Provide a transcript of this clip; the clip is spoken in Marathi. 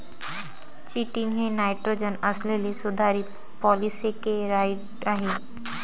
चिटिन हे नायट्रोजन असलेले सुधारित पॉलिसेकेराइड आहे